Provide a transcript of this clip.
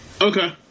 okay